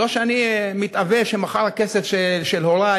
לא שאני מתאווה שמחר הכסף של הורי,